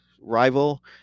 rival